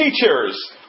teachers